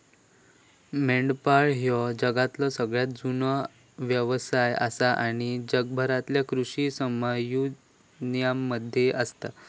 मेंढपाळ ह्यो जगातलो सगळ्यात जुनो व्यवसाय आसा आणि जगभरातल्या कृषी समुदायांमध्ये असता